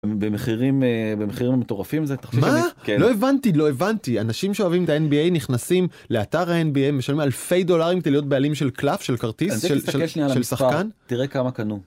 במחירים המטורפים זה. מה? לא הבנתי, לא הבנתי, אנשים שאוהבים את ה-NBA נכנסים לאתר ה-NBA משלמים אלפי דולרים כדי להיות בעלים של קלף, של כרטיס, של שחקן. תראה כמה קנו.